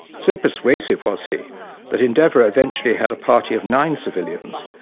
so persuasive was he that endeavour eventually had a party of nine civilians,